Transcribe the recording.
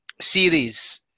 series